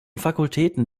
fakultäten